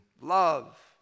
love